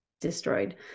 destroyed